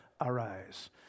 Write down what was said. arise